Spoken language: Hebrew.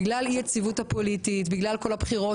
בגלל אי היציבות הפוליטית וכל הבחירות